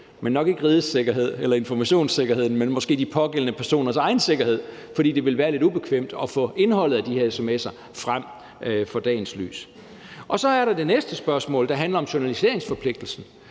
men nok ikke rigets sikkerhed eller informationssikkerheden, men måske de pågældende personers egen sikkerhed, fordi det ville være lidt ubekvemt at få indholdet af de pågældende sms'er frem i dagens lys. Og så er der det næste spørgsmål, der handler om journaliseringsforpligtelsen.